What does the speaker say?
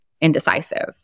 indecisive